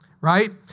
right